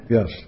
Yes